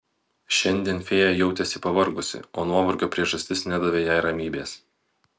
šiandien fėja jautėsi pavargusi o nuovargio priežastis nedavė jai ramybės